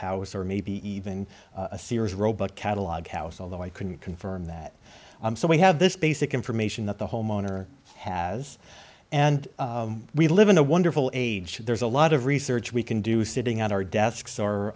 house or maybe even a sears roebuck catalog house although i couldn't confirm that so we have this basic information that the homeowner has and we live in a wonderful age there's a lot of research we can do sitting on our desks